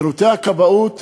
שירותי הכבאות